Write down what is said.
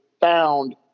found